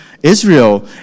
israel